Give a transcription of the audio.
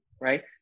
right